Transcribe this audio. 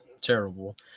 terrible